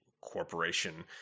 corporation